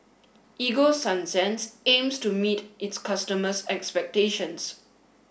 Ego Sunsense aims to meet its customers' expectations